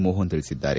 ಮೋಹನ್ ತಿಳಿಸಿದ್ದಾರೆ